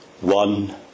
one